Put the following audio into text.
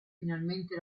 finalmente